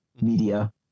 media